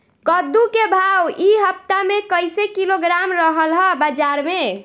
कद्दू के भाव इ हफ्ता मे कइसे किलोग्राम रहल ह बाज़ार मे?